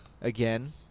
again